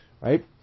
right